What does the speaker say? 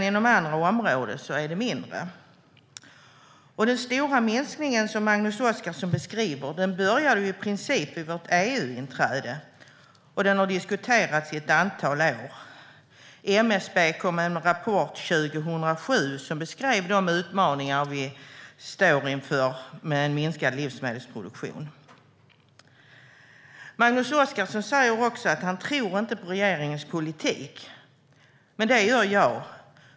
Inom andra områden är det mindre. Den stora minskning som Magnus Oscarsson beskriver började i princip vid vårt EU-inträde, och den har diskuterats under ett antal år. MSB kom med en rapport 2007 som beskrev de utmaningar vi står inför med en minskad livsmedelsproduktion. Magnus Oscarsson säger att han inte tror på regeringens politik, men det gör jag.